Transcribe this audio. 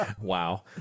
Wow